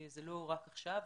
זה לא רק עכשיו.